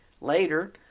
Later